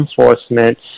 enforcement